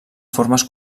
formes